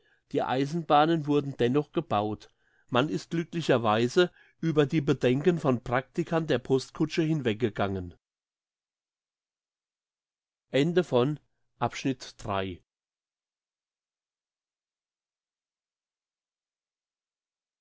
die eisenbahnen wurden dennoch gebaut man ist glücklicherweise über die bedenken von praktikern der postkutsche hinweggegangen